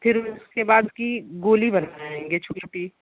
फिर उसके बाद गोली बनाएंगे उसको छोटी छोटी